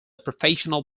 professional